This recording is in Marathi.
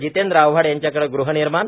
जितेंद्र आव्हाड यांच्याकडे ग़हनिर्माण